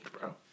bro